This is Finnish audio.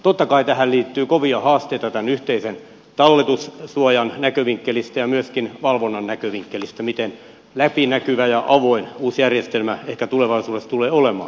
totta kai tähän liittyy kovia haasteita tämän yhteisen talletussuojan näkövinkkelistä ja myöskin valvonnan näkövinkkelistä miten läpinäkyvä ja avoin uusi järjestelmä ehkä tulevaisuudessa tulee olemaan